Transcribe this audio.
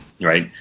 right